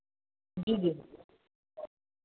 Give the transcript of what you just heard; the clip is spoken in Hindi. जी जी